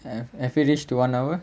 have have we reached one hour